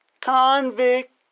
Convict